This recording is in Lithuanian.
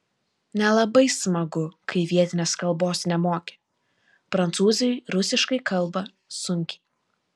nelabai smagu kai vietinės kalbos nemoki prancūzai rusiškai kalba sunkiai